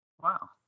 Wow